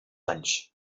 anys